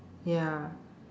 ya